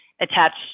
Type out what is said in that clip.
attached